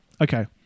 Okay